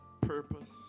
purpose